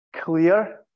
clear